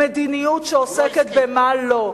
מדיניות שעוסקת במה לא.